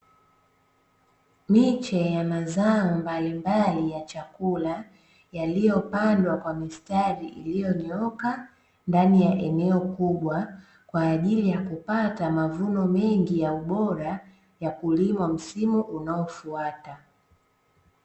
Miche ya mazao mbalimbali ya chakula yaliyopandwa kwa mistari iliyonyooka ndani ya eneo kubwa kwa ajili ya kupata mavuno mengi ya ubora ya kulima msimu unaofuata.